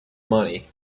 money